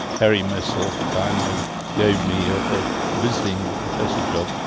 harry messel kindly gave me a ah visiting professor job,